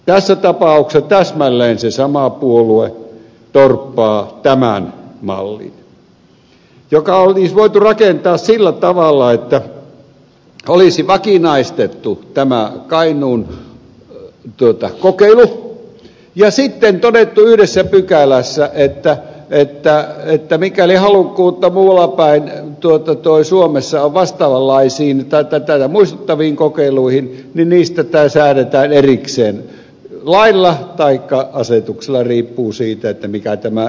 tässä tapauksessa täsmälleen se sama puolue torppaa tämän mallin joka olisi voitu rakentaa sillä tavalla että olisi vakinaistettu tämä kainuun kokeilu ja sitten todettu yhdessä pykälässä että mikäli halukkuutta muualla päin suomessa on vastaavanlaisiin tai tätä muistuttaviin kokeiluihin niistä säädetään erikseen lailla taikka asetuksella riippuen siitä että mikä tämä ed